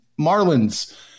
Marlins